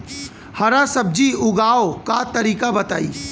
हरा सब्जी उगाव का तरीका बताई?